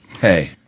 Hey